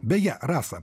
beje rasa